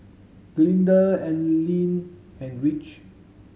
Glinda Ailene and Rich